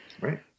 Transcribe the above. Right